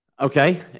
Okay